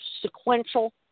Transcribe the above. sequential